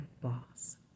boss